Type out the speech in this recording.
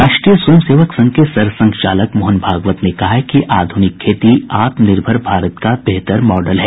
राष्ट्रीय स्वयं सेवक संघ के सरसंघचालक मोहन भागवत ने कहा है कि आधुनिक खेती आत्मनिर्भर भारत का बेहतर मॉडल है